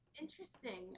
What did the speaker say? interesting